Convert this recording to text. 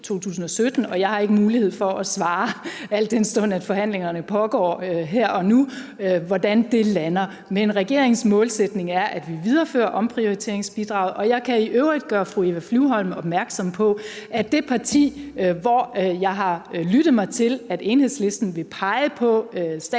og jeg har ikke mulighed for at svare, al den stund at forhandlingerne pågår her og nu, hvordan det lander. Men regeringens målsætning er, at vi viderefører omprioriteringsbidraget. Jeg kan i øvrigt gøre fru Eva Flyvholm opmærksom på, at Socialdemokratiet med fru Mette Frederiksen i spidsen,